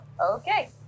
Okay